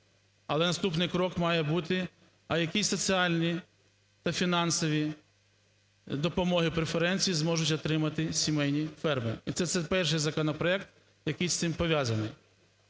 але наступний крок має бути. А які соціальні, фінансові допомоги, преференції зможуть отримати сімейні ферми? І це перший законопроект, який з цим пов'язаний.